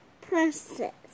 princess